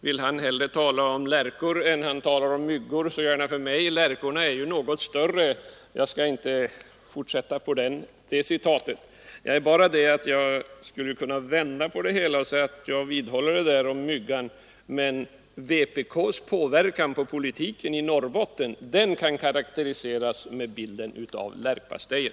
Vill han hellre tala om kanariefåglar än om myggor, så gör det mig ingenting. Kanariefåglar är ju något större. Jag skulle emellertid kunna vända på det hela och säga att jag vidhåller vad jag sade om myggan men att vpk:s påverkan på politiken i Norrbotten kan karakteriseras med hjälp av anekdoten om kanariefågelpastejen.